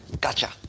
gotcha